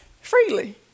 freely